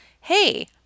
hey